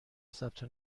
ثبت